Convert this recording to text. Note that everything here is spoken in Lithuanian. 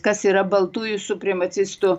kas yra baltųjų supremacistų